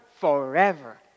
forever